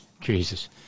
Jesus